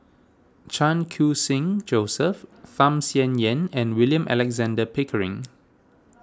Chan Khun Sing Joseph Tham Sien Yen and William Alexander Pickering